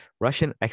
Russian